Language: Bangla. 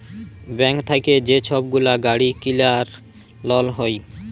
ব্যাংক থ্যাইকে যে ছব গুলা গাড়ি কিলার লল হ্যয়